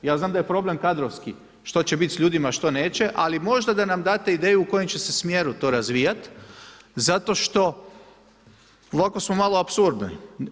Ja znam da je problem kadrovski što će biti s ljudima, a što neće, ali možda da nam date ideju u kojem će se smjeru to razvijati zato što ovako smo malo apsurdni.